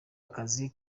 akazi